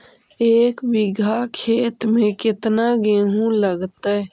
एक बिघा खेत में केतना गेहूं लगतै?